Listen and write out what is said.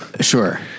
Sure